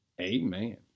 amen